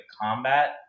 combat